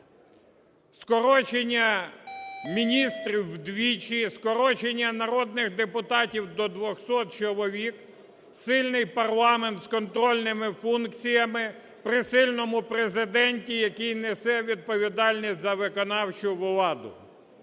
скорочення міністрів вдвічі, скорочення народних депутатів до двохсот чоловік, сильний парламент з контрольними функціями при сильному Президенті, який несе відповідальність за виконавчу владу.